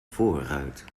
voorruit